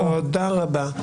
תודה רבה.